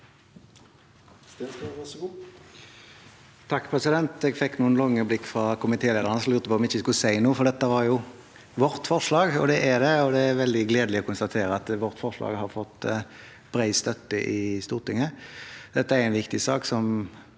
(H) Jeg fikk noen lange blikk fra komitélederen – som nok lurte på om jeg ikke skulle si noe, for dette er jo vårt forslag. Det er det, og det er veldig gledelig å konstatere at vårt forslag har fått bred støtte i Stortinget. Dette er en viktig sak som